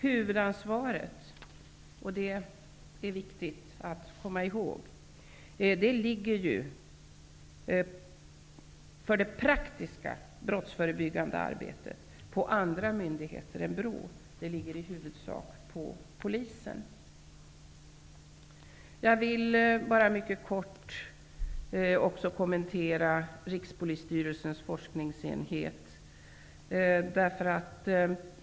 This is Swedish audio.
Huvudansvaret -- och det är viktigt att komma ihåg -- för det praktiska brottsförebyggande arbetet ligger på andra myndigheter än BRÅ, i huvudsak på polisen. Jag vill mycket kort också kommentera verksamheten vid Rikspolisstyrelsens forskningsenhet.